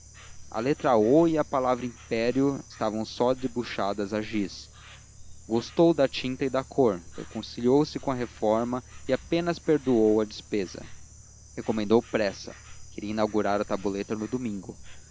a letra o e a palavra império estavam só debuxadas a giz gostou da tinta e da cor reconciliou se com a reforma e apenas perdoou a despesa recomendou pressa queria inaugurar a tabuleta no domingo